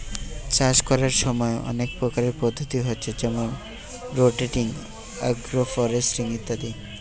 চাষ কোরার সময় অনেক প্রকারের পদ্ধতি হচ্ছে যেমন রটেটিং, আগ্রফরেস্ট্রি ইত্যাদি